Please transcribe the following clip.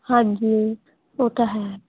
ਹਾਂਜੀ ਉਹ ਤਾਂ ਹੈ